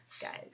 guys